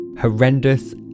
horrendous